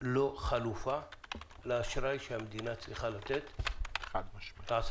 לא חלופה לאשראי שהמדינה צריכה לתת לעסקים.